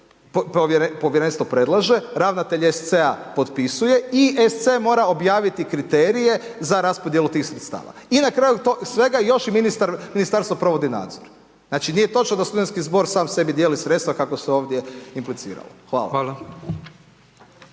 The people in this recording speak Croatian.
povjerenstvo predlaže, ravnatelj SC-a potpisuje i SC mora objaviti kriterije za raspodjelu tih sredstava i na kraju svega još i ministarstvo provodi nadzor. Znači nije točno da studentski zbor sam sebi dijeli sredstva kako se ovdje impliciralo. Hvala.